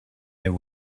there